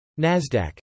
NASDAQ